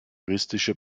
juristischer